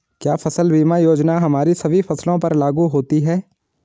क्या फसल बीमा योजना हमारी सभी फसलों पर लागू होती हैं?